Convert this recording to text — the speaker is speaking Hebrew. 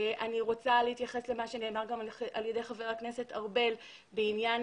אני רוצה להתייחס גם למה שנאמר על ידי חבר הכנסת ארבל בעניין